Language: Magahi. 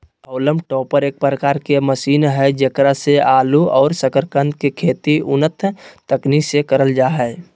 हॉलम टॉपर एक प्रकार के मशीन हई जेकरा से आलू और सकरकंद के खेती उन्नत तकनीक से करल जा हई